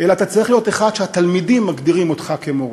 אלא אתה צריך להיות אחד שהתלמידים מגדירים אותו כמורה.